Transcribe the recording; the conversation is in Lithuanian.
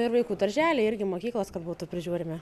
ir vaikų darželį irgi mokyklos kad būtų prižiūrimi